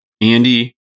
Andy